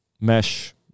mesh